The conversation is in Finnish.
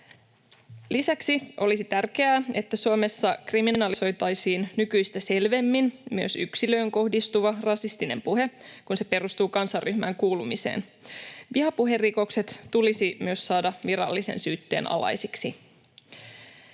Lisäksi olisi tärkeää, että Suomessa kriminalisoitaisiin nykyistä selvemmin myös yksilöön kohdistuva rasistinen puhe, kun se perustuu kansanryhmään kuulumiseen. Vihapuherikokset tulisi myös saada virallisen syytteen alaisiksi.